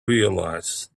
realise